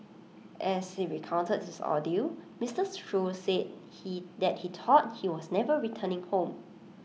as he recounted his ordeal Mister Shoo said he that he thought he was never returning home